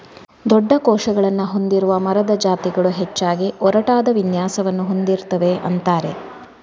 ದೊಡ್ಡ ಕೋಶಗಳನ್ನ ಹೊಂದಿರುವ ಮರದ ಜಾತಿಗಳು ಹೆಚ್ಚಾಗಿ ಒರಟಾದ ವಿನ್ಯಾಸವನ್ನ ಹೊಂದಿರ್ತವೆ ಅಂತಾರೆ